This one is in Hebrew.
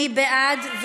מי בעד?